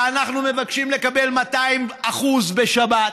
ואנחנו מבקשים לקבל 200% בשבת,